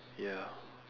ya